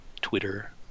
Twitter